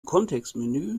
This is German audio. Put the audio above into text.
kontextmenü